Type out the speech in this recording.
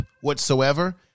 whatsoever